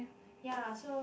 ya so